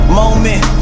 moment